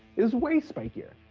is way spikier.